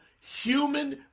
human